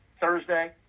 Thursday